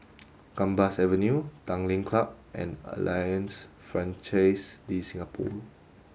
Gambas Avenue Tanglin Club and Alliance Francaise De Singapour